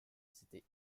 c’était